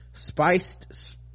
Spiced